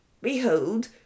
Behold